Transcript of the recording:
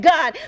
God